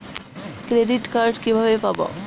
Credit card কিভাবে পাব?